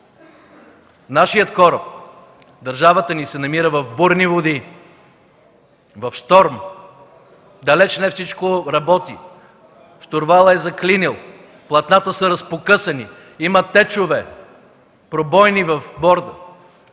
Нашият кораб – държавата ни, се намира в бурни води, в щурм. Далеч не всичко работи, щурвалът е заклинил, платната са разпокъсани, има течове, пробойни в борда,